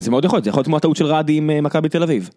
זה מאוד יכול, זה יכול להיות תמורת טעות של ראדי עם מכבי תל אביב.